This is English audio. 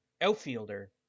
outfielder